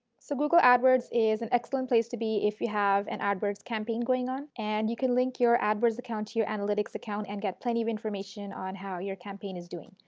so google adwords is an excellent place to be if you have an adwords campaign going on and you can link your adwords account to your analytics account and get plenty of information on how your campaign is doing.